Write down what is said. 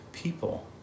people